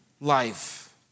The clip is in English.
life